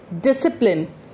discipline